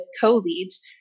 co-leads